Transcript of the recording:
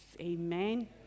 Amen